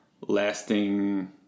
lasting